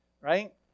right